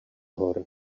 hor